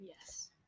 yes